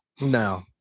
no